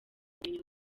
ubumenyi